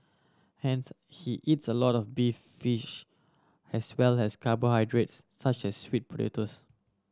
hence he eats a lot of beef fish as well as carbohydrates such as sweet potatoes